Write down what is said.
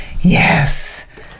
yes